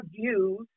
views